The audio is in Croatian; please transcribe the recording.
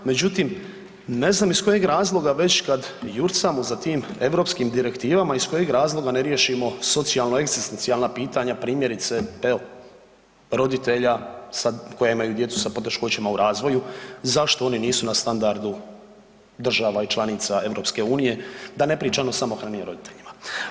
Međutim, ne znam iz kojeg razloga već kad jurcamo za tim europskim direktivama, iz kojeg razloga ne riješimo socijalno egzistencijalna pitanja, primjerice evo roditelja sa, koji imaju djecu sa poteškoćama u razvoju, zašto oni nisu na standardu država i članica EU, da ne pričam o samohranim roditeljima.